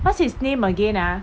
what's his name again ah